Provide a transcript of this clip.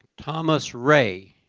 thomas ray,